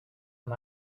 amb